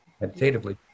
meditatively